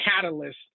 catalyst